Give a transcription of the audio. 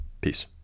Peace